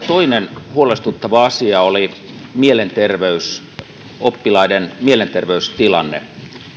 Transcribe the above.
toinen huolestuttava asia oli mielenterveys opiskelijoiden mielenterveystilanne